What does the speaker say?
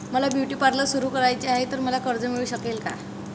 मला beauty parlour सुरू करायचे आहे तर मला कर्ज मिळू शकेल का?